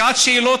בשעת שאלות,